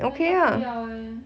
then 她不要 eh